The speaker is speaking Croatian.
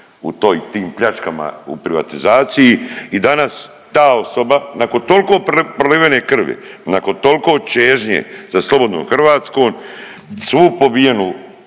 u toj tim pljačkama u privatizaciji. I danas ta osoba nakon tolko prolivene krvi nakon tolko čežnje za slobodnom Hrvatskom svu pobijenu